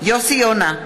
יוסי יונה,